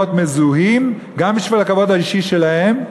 להיות מזוהים גם בשביל הכבוד האישי שלהם,